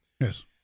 Yes